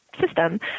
system